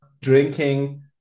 drinking